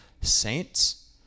saints